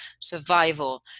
survival